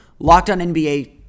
LOCKEDONNBA